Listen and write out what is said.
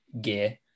gear